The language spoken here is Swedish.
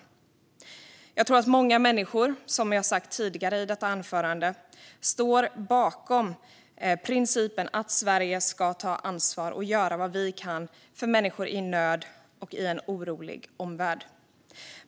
Som jag sagt tidigare i detta anförande tror jag att många människor står bakom principen att vi i Sverige ska ta ansvar och göra vad vi kan för människor i nöd och i en orolig omvärld.